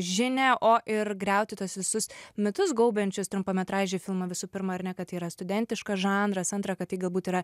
žinią o ir griauti tuos visus mitus gaubiančius trumpametražį filmą visų pirma ar ne kad tai yra studentiškas žanras antra kad tai galbūt yra